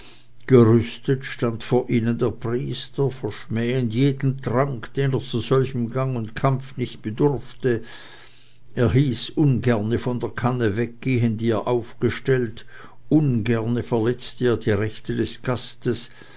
gerüstet stand vor ihnen der priester verschmähend jeden trank den er zu solchem gang und kampf nicht bedurfte er hieß ungerne von der kanne weggehen die er aufgestellt ungerne verletzte er die rechte des gastes